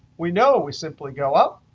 we know we simply go up,